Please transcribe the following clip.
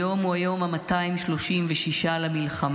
היום הוא היום ה-236 למלחמה,